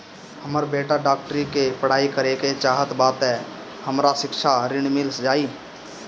हमर बेटा डाक्टरी के पढ़ाई करेके चाहत बा त हमरा शिक्षा ऋण मिल जाई?